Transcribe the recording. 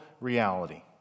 reality